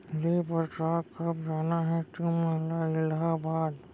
ले बता, कब जाना हे तुमन ला इलाहाबाद?